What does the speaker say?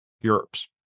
Europe's